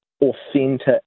authentic